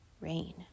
Rain